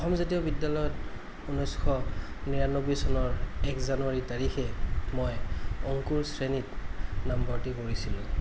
অসম জাতীয় বিদ্য়ালয়ত ঊনৈছশ নিৰানব্বৈ চনৰ এক জানুৱাৰী তাৰিখে মই অংকুৰ শ্ৰেণীত নামভৰ্তি কৰিছিলোঁ